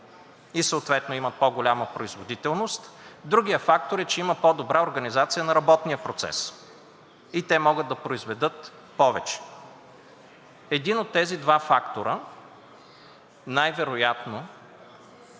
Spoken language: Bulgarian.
и съответно имат по-голяма производителност. Другият фактор е, че има по-добра организация на работния процес и те могат да произведат повече. Един от тези два фактора най вероятно е